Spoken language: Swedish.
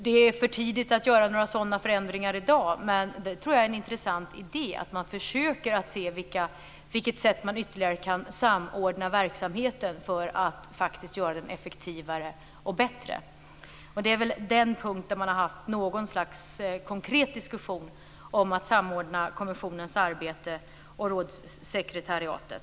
Det är för tidigt att göra några sådana förändringar i dag, men jag tror att det är en intressant idé att man försöker se på vilka sätt man ytterligare kan samordna verksamheten för att göra den effektivare och bättre. Det är på den punkten man har fört något slags konkret diskussion om att samordna kommissionens arbete och rådssekretariatet.